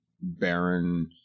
baron